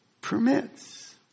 permits